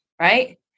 right